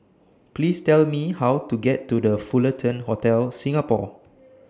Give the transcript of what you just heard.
Please Tell Me How to get to The Fullerton Hotel Singapore